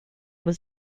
was